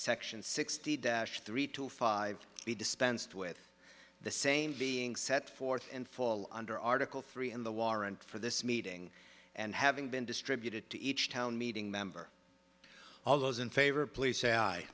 section sixty dash three to five be dispensed with the same being set forth in fall under article three in the warrant for this meeting and having been distributed to each town meeting member all those in favor of police a